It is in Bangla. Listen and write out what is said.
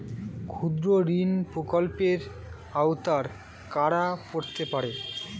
ক্ষুদ্রঋণ প্রকল্পের আওতায় কারা পড়তে পারে?